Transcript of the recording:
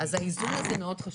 אז האיזון הזה מאוד חשוב.